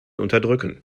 unterdrücken